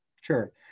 Sure